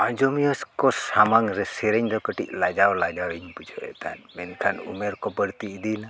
ᱟᱡᱚᱢᱤᱭᱟᱹ ᱠᱚ ᱥᱟᱢᱟᱝ ᱨᱮ ᱥᱮᱨᱮᱧ ᱫᱚ ᱠᱟᱹᱴᱤᱡ ᱞᱟᱡᱟᱣ ᱞᱟᱡᱟᱣ ᱤᱧ ᱵᱩᱡᱷᱟᱹᱣ ᱮᱫ ᱛᱟᱦᱮᱫ ᱢᱮᱱᱠᱷᱟᱱ ᱩᱢᱮᱨ ᱠᱚ ᱵᱟᱹᱲᱛᱤ ᱤᱫᱤᱭᱮᱱᱟ